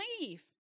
leave